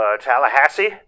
Tallahassee